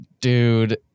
Dude